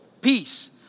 peace